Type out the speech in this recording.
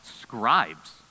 scribes